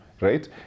right